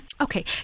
Okay